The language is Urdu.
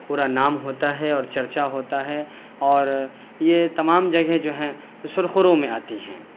پورا نام ہوتا ہے اور چرچا ہوتا ہے اور یہ تمام جگہیں جو ہیں سرخیوں میں آتی ہیں